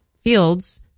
fields